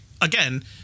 again